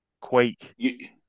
Quake